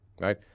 right